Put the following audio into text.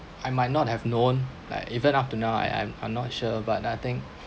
I might not have known like even up to now I I'm I'm not sure but I think